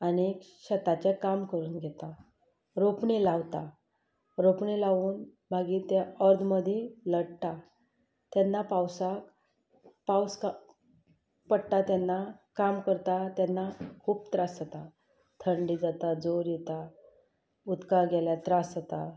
आनी शेताचें काम करून घेता रोंपणी लायतात रोंपणी लावून मागीर तें अर्द मदीं नडटा तेन्ना पावसाक पावस पडटा तेन्ना काम करता तेन्ना खूब त्रास जाता थंडी जाता जोर येता उदका गेल्यार त्रास जातात